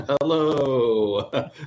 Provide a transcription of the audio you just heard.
hello